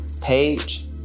page